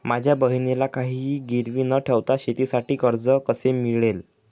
माझ्या बहिणीला काहिही गिरवी न ठेवता शेतीसाठी कर्ज कसे मिळेल?